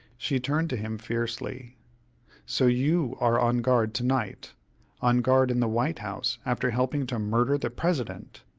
she turned to him fiercely so you are on guard to-night on guard in the white house after helping to murder the president!